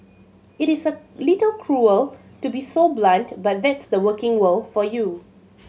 it is a little cruel to be so blunt but that's the working world for you